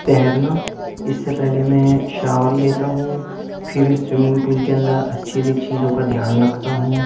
تیرنا اس سے پہلے میں شاور لیتا ہوں پھر سوئمنگ پل کے اندر اچھی سی چیزوں کا دھیان رکھتا ہوں